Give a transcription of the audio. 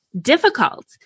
difficult